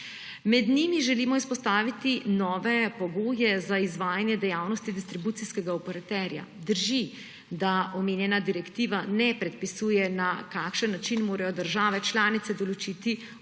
Med njimi želimo izpostaviti nove pogoje za izvajanje dejavnosti distribucijskega operaterja. Drži, da omenjena direktiva ne predpisuje, na kakšen način morajo države članice določiti operaterja